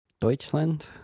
Deutschland